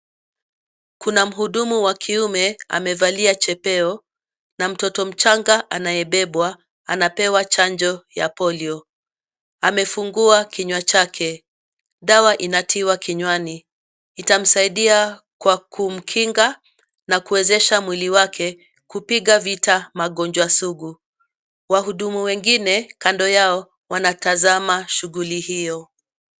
Kuna mhudumu wa kiume amevalia chepeo na mtoto mchanga anayebebwa anapewa chanjo ya polio. Amefungua kinywa chake, dawa inatiwa kinywani. Itamsaidia kwa kumkinga na kuwezesha mwili wake kupiga vita magonjwa sugu. Wahudumu wengine kando yao wanatazama shughuli hio.